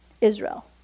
Israel